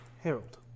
Harold